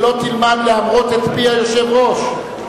שלא תלמד להמרות את פי היושב-ראש.